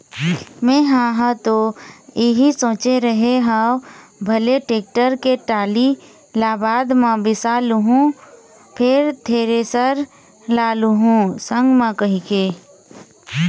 मेंहा ह तो इही सोचे रेहे हँव भले टेक्टर के टाली ल बाद म बिसा लुहूँ फेर थेरेसर ल लुहू संग म कहिके